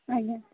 ଆଜ୍ଞା